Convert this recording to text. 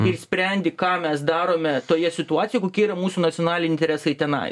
ir sprendi ką mes darome toje situacijoj kokie yra mūsų nacionaliniai interesai tenai